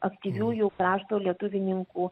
aktyviųjų krašto lietuvininkų